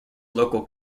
local